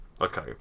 Okay